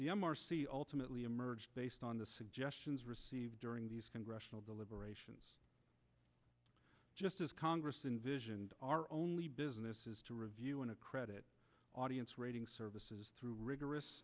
the m r c ultimately emerge based on the suggestions received during these congressional deliberations just as congress invision are only business is to review in a credit audience rating services through rigorous